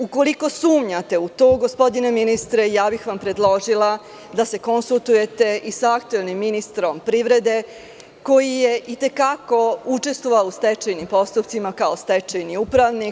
Ukoliko sumnjate u to, gospodine ministre, predložila bih vam da se konsultujete i sa aktuelnim ministrom privrede koji je i te kako učestvovao u stečajnim postupcima kao stečajni upravnik.